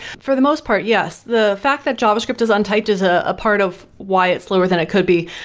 for the most part, yes, the fact that java script is untyped is a ah part of why it's slower than it could be.